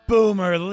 Boomer